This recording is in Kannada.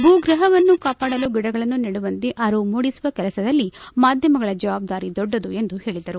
ಭೂಗ್ರಪವನ್ನು ಕಾಪಾಡಲು ಗಿಡಗಳನ್ನು ನೆಡುವಂತೆ ಅರಿವು ಮೂಡಿಸುವ ಕೆಲಸದಲ್ಲಿ ಮಾಧ್ಯಮಗಳ ಜವಾಬ್ದಾರಿ ದೊಡ್ಡದು ಎಂದು ಹೇಳದರು